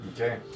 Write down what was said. Okay